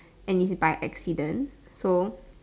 and is by accident so